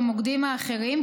במוקדים האחרים,